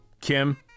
Kim